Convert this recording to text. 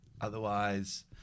Otherwise